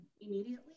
immediately